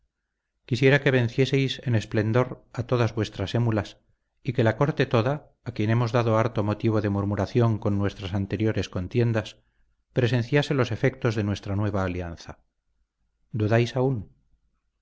quisiera que vencieseis en esplendor a todas vuestras émulas y que la corte toda a quien hemos dado harto motivo de murmuración con nuestras anteriores contiendas presenciase los efectos de nuestra nueva alianza dudáis aún